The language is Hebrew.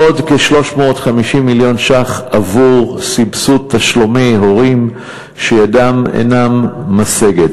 עוד כ-350 מיליון ש"ח עבור סבסוד תשלומי הורים שידם אינם משגת,